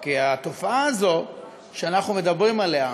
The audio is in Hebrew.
כי התופעה הזו שאנו מדברים עליה,